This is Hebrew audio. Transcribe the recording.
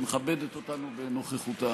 שמכבדת אותנו בנוכחותה.